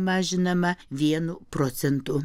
mažinama vienu procentu